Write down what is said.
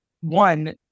one